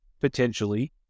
potentially